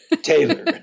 Taylor